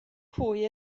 pwy